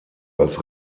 als